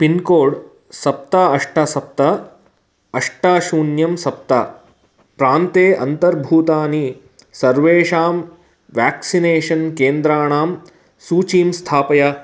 pincode सप्त अष्ट सप्त अष्ट शून्यं सप्त प्रान्ते अन्तर्भूतानि सर्वेषां वेक्सिनेषन् केन्द्राणां सूचीं स्थापय